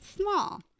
small